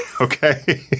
Okay